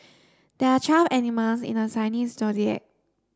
there are twelve animals in the Chinese Zodiac